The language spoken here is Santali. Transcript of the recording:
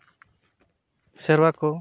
ᱥᱮᱨᱣᱟ ᱠᱚ